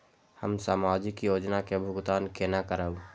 हम सामाजिक योजना के भुगतान केना करब?